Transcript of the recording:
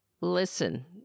Listen